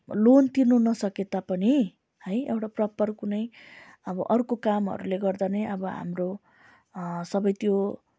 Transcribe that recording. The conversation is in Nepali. लोन तिर्नु नसके तापनि है एउटा प्रपर कुनै अब अर्को कामहरूले गर्दा नै अब हाम्रो सबै त्यो